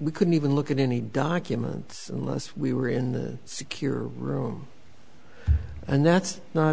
we couldn't even look at any documents as we were in the secure room and that's not